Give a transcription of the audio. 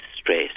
stress